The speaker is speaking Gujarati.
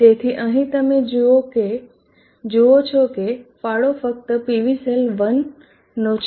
તેથી અહીં તમે જુઓ છો કે ફાળો ફક્ત PV સેલ 1 નો છે